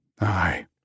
Aye